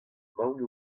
emaon